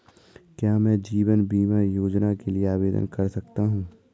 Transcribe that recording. क्या मैं जीवन बीमा योजना के लिए आवेदन कर सकता हूँ?